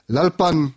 Lalpan